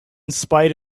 spite